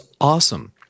awesome